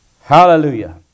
Hallelujah